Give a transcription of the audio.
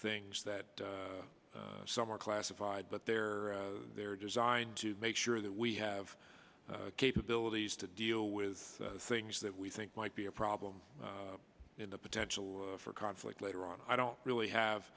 things that some are classified but they're they're designed to make sure that we have capabilities to deal with things that we think might be a problem in the potential for conflict later on i don't really have